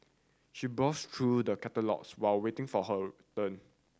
she browsed through the catalogues while waiting for her turn